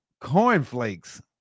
Cornflakes